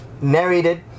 Narrated